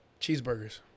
Cheeseburgers